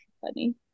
Funny